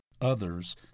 others